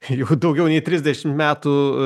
jau daugiau nei trisdešimt metų